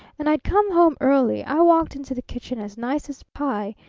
and i'd come home early i walked into the kitchen as nice as pie,